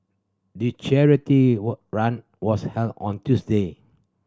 the charity were run was held on Tuesday